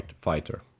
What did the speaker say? fighter